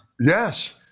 Yes